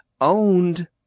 owned